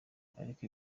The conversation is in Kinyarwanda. ariko